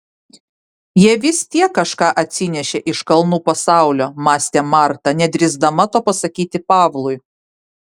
jie vis tiek kažką atsinešė iš kalnų pasaulio mąstė marta nedrįsdama to pasakyti pavlui